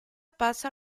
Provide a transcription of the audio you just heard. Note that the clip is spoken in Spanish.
pasa